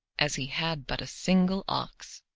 as he had but a single ox.